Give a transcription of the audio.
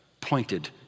pointed